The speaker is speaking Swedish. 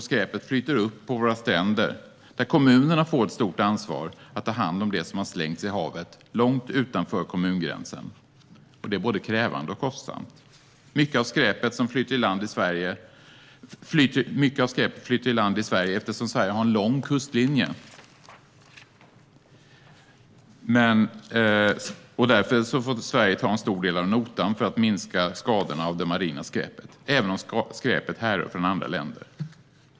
Skräpet flyter upp på våra stränder, där kommunerna får ett stort ansvar att ta hand om det som har slängts i havet långt utanför kommungränsen. Det är både krävande och kostsamt. Mycket av skräpet flyter i land i Sverige eftersom Sverige har en lång kustlinje. Därför får Sverige ta en stor del av notan för att minska skadorna av det marina skräpet även om skräpet härrör från andra länder.